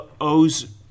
owes